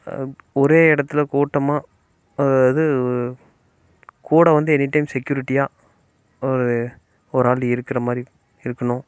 ஒரே இடத்துல கூட்டமாக அதாவது கூட வந்து எனி டைம் செக்கியூரிட்டியாக ஒரு ஒரு ஆள் இருக்கிற மாதிரி இருக்கணும்